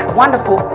wonderful